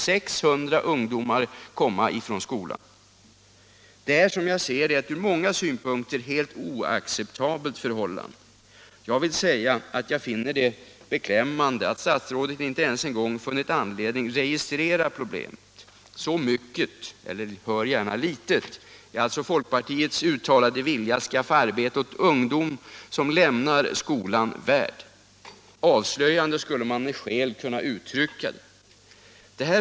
Detta är som jag ser det ett från många synpunkter helt oacceptabelt förhållande. Jag upplever det som beklämmande att statsrådet inte ens funnit anledning att registrera problemet. Så mycket — hör gärna: litet —- är alltså folkpartiets uttalade vilja att skaffa arbete åt ungdomar som lämnar skolan värd. Avslöjande skulle man med skäl kunna kalla det.